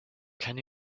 can